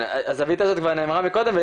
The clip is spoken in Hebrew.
הזוית הזאת כבר נאמרה מקודם,